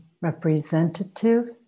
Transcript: representative